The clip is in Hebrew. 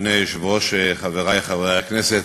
אדוני היושב-ראש, חברי חברי הכנסת,